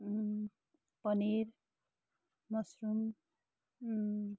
paneer mushroom